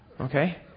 Okay